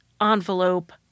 envelope